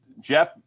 Jeff